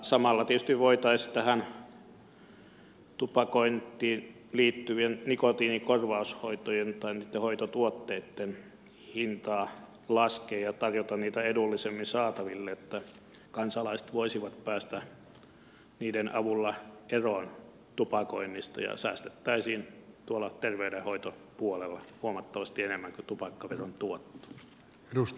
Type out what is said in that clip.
samalla tietysti voitaisiin tähän tupakointiin liittyvien nikotiinikorvaushoitotuotteitten hintaa laskea ja tarjota niitä edullisemmin saataville että kansalaiset voisivat päästä niiden avulla eroon tupakoinnista ja säästettäisiin tuolla terveydenhoitopuolella huomattavasti enemmän kuin tupakkaveron tuotto